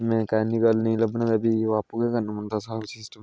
mechanic नी लब्भना मिगी ओह् आपूं गै करना पौंदा सारा सिस्टम सेट